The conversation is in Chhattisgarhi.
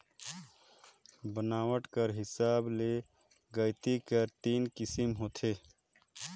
बनावट कर हिसाब ले गइती कर तीन किसिम होथे